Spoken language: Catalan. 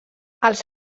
els